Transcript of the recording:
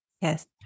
Yes